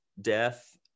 death